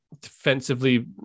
defensively